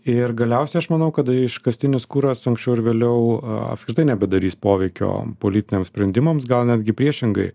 ir galiausiai aš manau kad iškastinis kuras anksčiau ar vėliau apskritai nebedarys poveikio politiniams sprendimams gal netgi priešingai